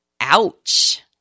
Ouch